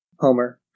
Homer